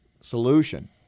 solution